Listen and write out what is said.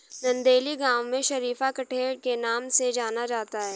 नंदेली गांव में शरीफा कठेर के नाम से जाना जाता है